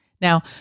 now